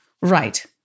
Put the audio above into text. Right